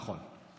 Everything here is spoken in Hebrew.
נכון.